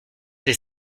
des